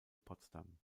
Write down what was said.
potsdam